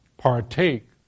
partake